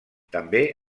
també